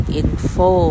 info